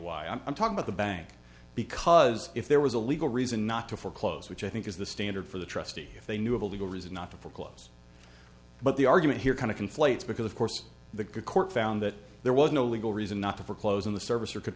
why i'm talking about the bank because if there was a legal reason not to foreclose which i think is the standard for the trustee if they knew of a legal reason not to foreclose but the argument here kind of conflates because of course the court found that there was no legal reason not to foreclose on the service or could